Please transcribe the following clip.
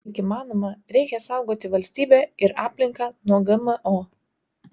kiek įmanoma reikia saugoti valstybę ir aplinką nuo gmo